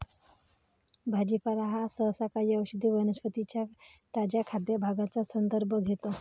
भाजीपाला हा सहसा काही औषधी वनस्पतीं च्या ताज्या खाद्य भागांचा संदर्भ घेतो